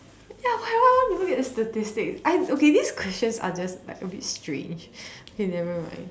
ya why why why people want to look at statistics I okay this question are just like a bit strange okay nevermind